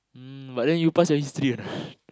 mm but then you pass your history or not